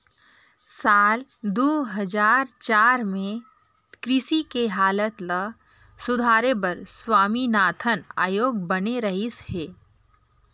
साल दू हजार चार में कृषि के हालत ल सुधारे बर स्वामीनाथन आयोग बने रहिस हे